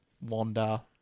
Wanda